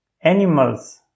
animals